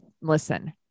Listen